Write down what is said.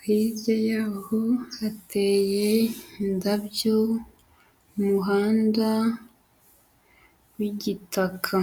hirya y'aho hateye indabyo, umuhanda w'igitaka